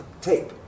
tape